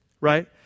right